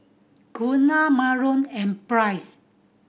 Gunnar Myron and Price